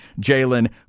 Jalen